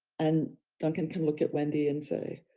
and duncan can look at wendy and say,